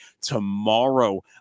tomorrow